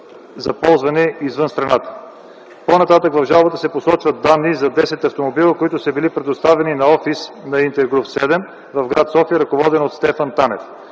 и ползване извън страната. По нататък в жалбата се посочват данни за десет автомобила, които са били предоставени на офис на „Интергруп 7” в гр. София, ръководен от Стефан Танев.